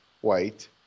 white